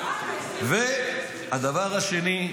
והדבר השני,